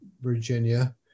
Virginia